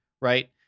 right